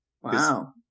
Wow